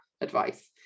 advice